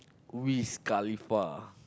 Wiz-Khalifa